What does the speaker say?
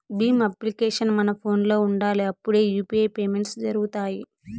Bhim application మన ఫోనులో ఉండాలి అప్పుడే యూ.పీ.ఐ పేమెంట్స్ జరుగుతాయి